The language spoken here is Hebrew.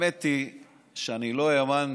האמת היא שאני לא האמנתי